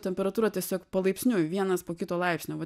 temperatūra tiesiog palaipsniui vienas po kito laipsnio va